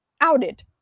outed